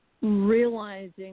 realizing